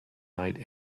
night